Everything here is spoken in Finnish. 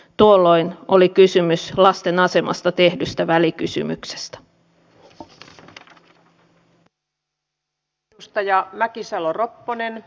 tuolloin oli kysymys lasten asemasta tehdystä välikysymyksestä